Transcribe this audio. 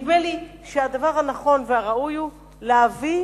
נדמה לי שהדבר הנכון והראוי הוא להביא